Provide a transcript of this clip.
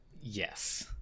Yes